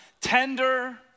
tender